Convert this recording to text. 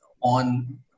on